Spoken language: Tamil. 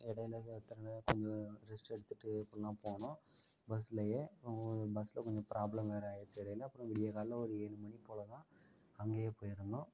இடையில கொஞ்சம் ரெஸ்ட் எடுத்துட்டு அப்புறம் தான் போனோம் பஸ்லயே பஸ்ல கொஞ்சம் ப்ராப்ளம் வேற ஆயிடுச்சு இடையில அப்புறம் விடிய காலைல ஒரு ஏழு மணிபோல்தான் அங்கேயே போயிருந்தோம்